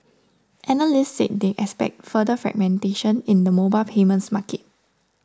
analysts said they expect further fragmentation in the mobile payments market